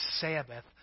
Sabbath